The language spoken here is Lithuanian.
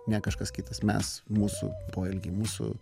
ne kažkas kitas mes mūsų poelgiai mūsų